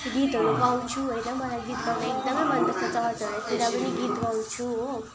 गीतहरू गाउँछु होइन मलाई गीतहरू गाउनु एकदमै चर्चहरूतिर पनि गीत गाउँछु हो